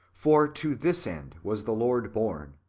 for to this end was the lord born,